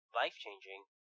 life-changing